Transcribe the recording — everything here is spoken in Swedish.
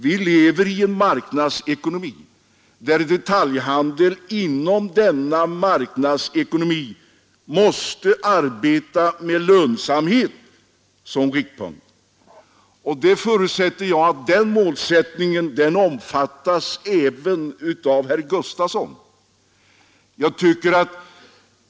Vi lever i en marknadsekonomi där detaljhandeln måste arbeta med lönsamhet som riktpunkt. Den målsättningen förutsätter jag omfattas även av herr Gustafsson.